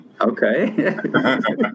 Okay